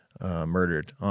murdered